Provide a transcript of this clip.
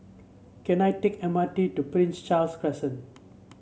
can I take M R T to Prince Charles Crescent